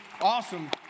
Awesome